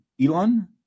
Elon